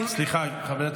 חבל.